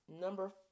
Number